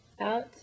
out